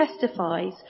testifies